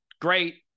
great